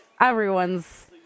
everyone's